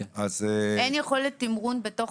הרבה פעמים אין לקלנועית יכולת תמרון בתוך